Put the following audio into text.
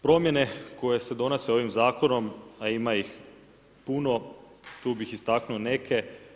Promjene koje se donose ovim zakonom, a ima ih puno, tu bih istaknuo neke.